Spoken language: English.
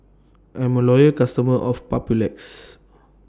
I'm A Loyal customer of Papulex